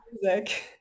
music